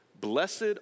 Blessed